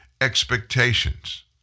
expectations